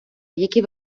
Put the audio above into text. який